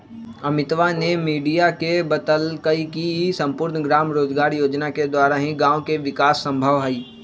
अमितवा ने मीडिया के बतल कई की सम्पूर्ण ग्राम रोजगार योजना के द्वारा ही गाँव के विकास संभव हई